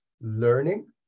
learning